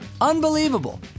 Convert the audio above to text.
Unbelievable